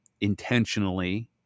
intentionally